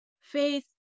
faith